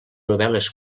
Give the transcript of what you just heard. novel·les